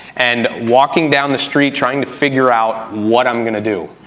and walking down the street trying to figure out what i'm gonna do.